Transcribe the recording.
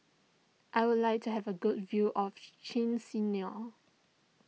I would like to have a good view of Chisinau